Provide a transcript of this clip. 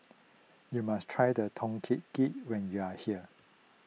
you must try the Tom Kha Gai when you are here